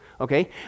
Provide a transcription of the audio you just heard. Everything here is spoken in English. okay